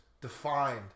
defined